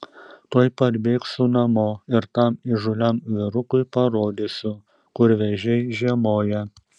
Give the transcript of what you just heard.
tuoj parbėgsiu namo ir tam įžūliam vyrukui parodysiu kur vėžiai žiemoja